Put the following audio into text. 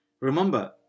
Remember